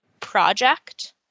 project